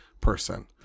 person